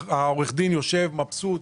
עורך הדין יושב ומרוצה.